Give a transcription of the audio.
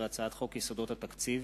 (תיקון,